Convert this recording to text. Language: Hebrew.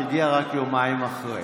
(חבר הכנסת שלמה קרעי יוצא מאולם המליאה.)